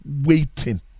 waiting